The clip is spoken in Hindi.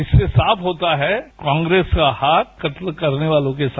इससे साफ होता है कांग्रेस का हाथ कत्लत करने वालों के साथ